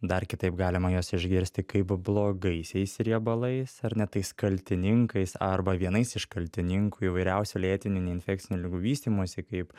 dar kitaip galima juos išgirsti kaip blogaisiais riebalais ar ne tais kaltininkais arba vienais iš kaltininkų įvairiausių lėtinių neinfekcinių ligų vystymosi kaip